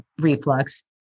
reflux